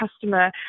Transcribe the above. customer